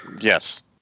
Yes